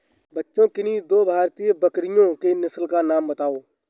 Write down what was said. बच्चों किन्ही दो भारतीय बकरियों की नस्ल का नाम बताओ?